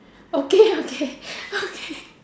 okay okay okay